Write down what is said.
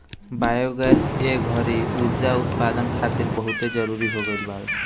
biogas ए घड़ी उर्जा उत्पदान खातिर बहुते जरुरी हो गईल बावे